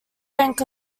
bank